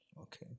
okay